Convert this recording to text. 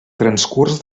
transcurs